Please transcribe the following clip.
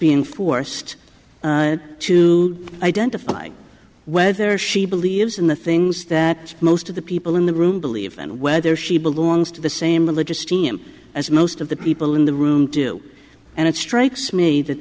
being forced to identify whether she believes in the things that most of the people in the room believe and whether she belongs to the same religious theme as most of the people in the room do and it strikes me that